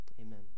Amen